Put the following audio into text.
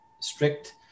strict